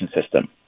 system